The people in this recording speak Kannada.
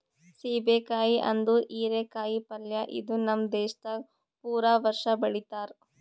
ಸೀಬೆ ಕಾಯಿ ಅಂದುರ್ ಹೀರಿ ಕಾಯಿ ಪಲ್ಯ ಇದು ನಮ್ ದೇಶದಾಗ್ ಪೂರಾ ವರ್ಷ ಬೆಳಿತಾರ್